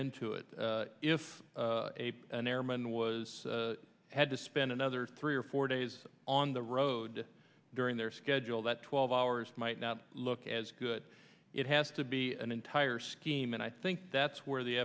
into it if an airman was had to spend another three or four days on the road during their schedule that twelve hours might not look as good it has to be an entire scheme and i think that's where the